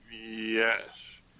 Yes